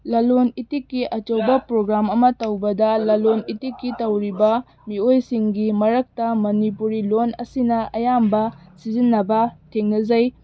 ꯂꯂꯣꯜꯏꯇꯤꯛꯀꯤ ꯑꯆꯧꯕ ꯄ꯭ꯔꯣꯒ꯭ꯔꯥꯝ ꯑꯃ ꯇꯧꯕꯗ ꯂꯂꯣꯜꯏꯇꯤꯛꯀꯤ ꯇꯧꯔꯤꯕ ꯃꯤꯑꯣꯏꯁꯤꯡꯒꯤ ꯃꯔꯛꯇ ꯃꯅꯤꯄꯨꯔꯤ ꯂꯣꯜ ꯑꯁꯤꯅ ꯑꯌꯥꯝꯕ ꯁꯤꯖꯤꯟꯅꯕ ꯊꯦꯡꯅꯖꯩ